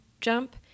jump